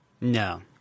No